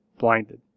blinded